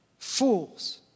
Fools